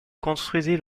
construisit